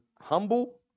humble